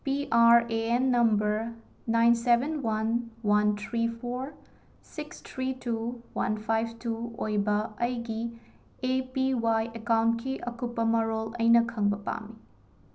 P R A N number nine seven one one three four six three two one five two ꯑꯣꯏꯕ ꯑꯩꯒꯤ A P Y ꯑꯦꯀꯥꯎꯟꯠꯀꯤ ꯑꯀꯨꯄꯄ ꯃꯔꯣꯜ ꯑꯩꯅ ꯈꯪꯕ ꯄꯥꯝꯃꯤ